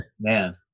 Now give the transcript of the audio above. man